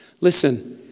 Listen